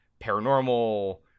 paranormal